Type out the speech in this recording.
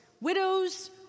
widows